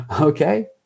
okay